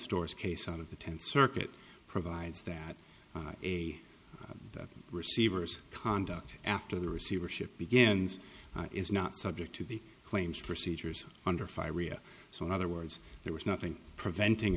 store's case out of the tenth circuit provides that a receiver's conduct after the receivership begins is not subject to the claims procedures under fire ria so in other words there was nothing preventing